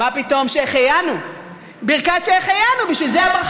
ברוך השם.